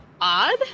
odd